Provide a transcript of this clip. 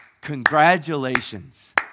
congratulations